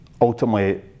ultimately